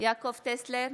יעקב טסלר,